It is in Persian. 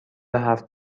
هفت